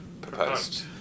Proposed